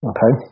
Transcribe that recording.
Okay